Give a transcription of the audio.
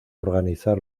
organizar